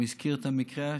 הוא הזכיר את המקרה,